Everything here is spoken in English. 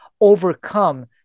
overcome